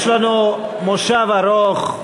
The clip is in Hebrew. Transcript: יש לנו מושב ארוך.